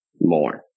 more